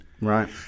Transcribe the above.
Right